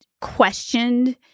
questioned